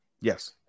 Yes